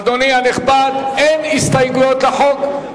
אדוני הנכבד, אין הסתייגויות לחוק,